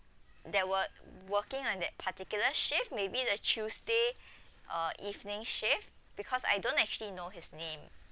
that were working on that particular shift maybe the tuesday uh evening shift because I don't actually know his name